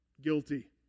guilty